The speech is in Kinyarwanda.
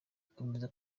ikomeje